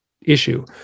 issue